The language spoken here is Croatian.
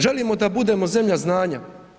Želimo da budemo zemlja znanja.